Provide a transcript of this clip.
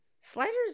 Sliders